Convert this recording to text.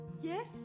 Yes